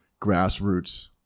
grassroots